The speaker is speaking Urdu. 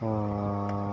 وہ